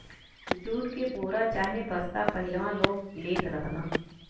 jute के बोरा चाहे बस्ता पहिलवां लोग लेत रहलन